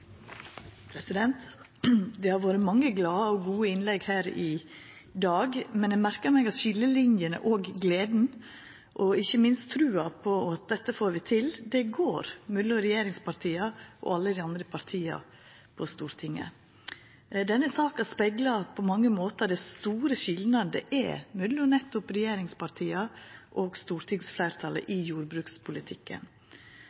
minutter. Det har vore mange glade og gode innlegg her i dag, men eg merker meg at skiljelinene og gleda – og ikkje minst trua på at dette får vi til – går mellom regjeringspartia og alle dei andre partia på Stortinget. Denne saka speglar på mange måtar den store skilnaden som er mellom nettopp regjeringspartia og stortingsfleirtalet